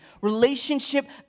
Relationship